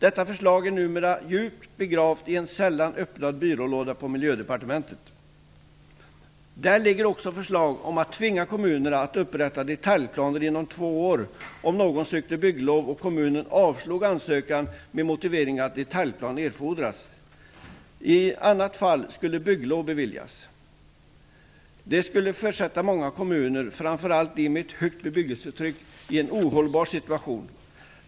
Detta förslag är numera djupt begravt i en sällan öppnad byrålåda på Miljödepartementet. På Miljödepartementet ligger också förslaget om att tvinga kommunerna att upprätta detaljplaner inom två år om någon söker bygglov och kommunen avslår ansökan med motiveringen att detaljplan erfordras. I annat fall skulle bygglov beviljas. Det skulle försätta många kommuner, framför allt de med ett högt bebyggelsetryck, i en ohållbar situation.